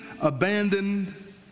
abandoned